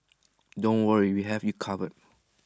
don't worry we have you covered